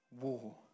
war